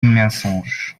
mensonge